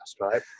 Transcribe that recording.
right